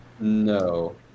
No